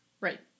Right